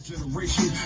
Generation